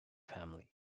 family